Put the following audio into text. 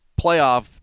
playoff